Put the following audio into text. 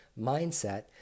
mindset